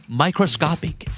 microscopic